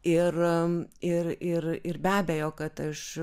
ir ir ir ir be abejo kad aš